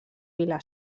vila